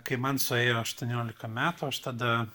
kai man suėjo aštuoniolika metų aš tada